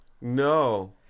No